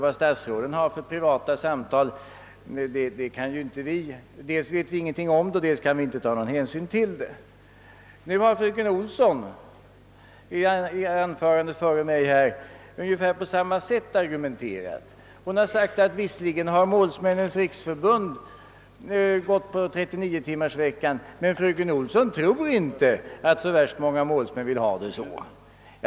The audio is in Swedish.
Vad statsråden har för privata samtal kan vi inte ta hänsyn till, ty om dem vet vi intet. Nu har fröken Olsson i sitt anförande före mig argumenterat på samma sätt. Hon sade att Målsmännens riksförbund visserligen hade biträtt förslaget om 39 veckors läsår, men fröken Olsson trodde inte att så värst många målsmän vill ha det så.